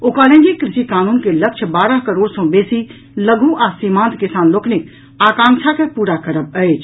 ओ कहलनि जे कृषि कानून के लक्ष्य बारह करोड़ सँ बेसी लघु आ सीमांत किसान लोकनिक आकांक्षा के पूरा करब अछि